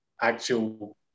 actual